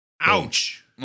ouch